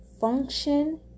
function